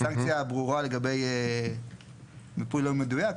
סנקציה ברורה לגבי מיפוי לא מדויק.